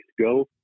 go